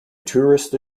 tourist